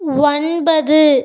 ஒன்பது